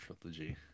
trilogy